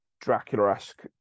Dracula-esque